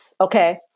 Okay